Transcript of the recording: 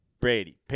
Brady